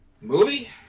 movie